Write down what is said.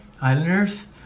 Islanders